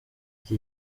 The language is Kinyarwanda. iki